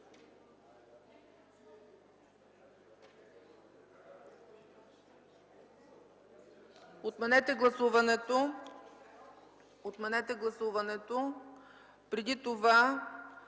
Отменете гласуването! Преди това